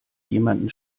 jemanden